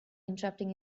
interrupting